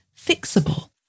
fixable